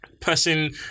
person